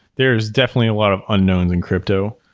there's definitely a lot of unknowns in crypto.